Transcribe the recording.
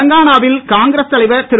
தெலுங்கானாவில் காங்கிரஸ் தலைவர் திரு